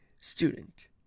student